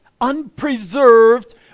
unpreserved